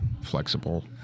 flexible